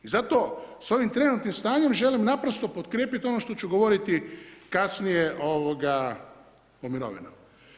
Zato, s ovim trenutnim stanjem želim naprosto potkrijepiti ono što ću govoriti kasnije, ovoga, o mirovinama.